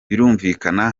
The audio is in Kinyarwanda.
birumvikana